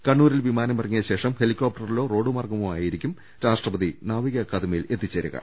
കണ്ണൂരിൽ വിമാനമിറങ്ങിയ ശേഷം ഹെലികോപ്റ്റ റിലോ റോഡ് മാർഗ്ഗമോ ആയിരിക്കും രാഷ്ട്രപതി നാവിക അക്കാദമിയിൽ എത്തിച്ചേരുക